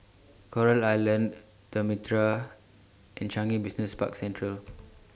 Coral Island The Mitraa and Changi Business Park Central